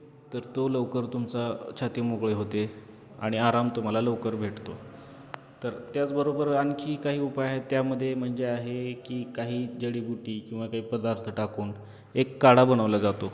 तर तो लवकर तुमचा छाती मोकळी होते आणि आराम तुम्हाला लवकर भेटतो तर त्याचबरोबर आणखी काही उपाय आहेत त्यामध्ये म्हणजे आहे की काही जडीबुटी किंवा काही पदार्थ टाकून एक काढा बनवला जातो